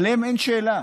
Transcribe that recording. לגביהם אין שאלה,